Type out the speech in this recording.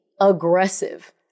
aggressive